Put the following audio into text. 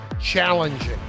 challenging